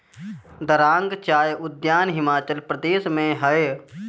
दारांग चाय उद्यान हिमाचल प्रदेश में हअ